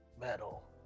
Metal